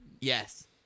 Yes